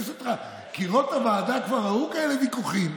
קירות הוועדה כבר ראו כאלה ויכוחים.